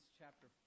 chapter